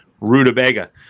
Rutabaga